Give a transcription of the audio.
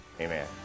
amen